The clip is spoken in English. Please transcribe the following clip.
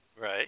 Right